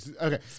Okay